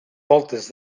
voltes